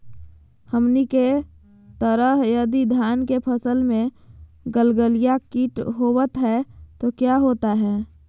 हमनी के तरह यदि धान के फसल में गलगलिया किट होबत है तो क्या होता ह?